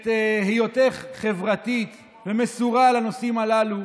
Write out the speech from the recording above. על היותך חברתית ומסורה לנושאים הללו